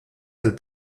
del